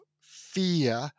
Fear